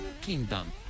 Kingdom